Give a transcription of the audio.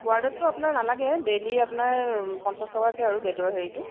ৱাৰ্ডতটো আপোনাৰ নালাগে ডেইলী আপোনাৰ পঞ্চাশ টকাকে আৰু বেডৰ হেৰিটো